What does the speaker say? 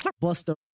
Buster